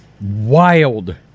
wild